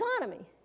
economy